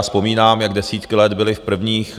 Vzpomínám, jak desítky let byly v prvních...